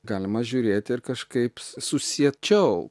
galima žiūrėti ir kažkaip susiečiau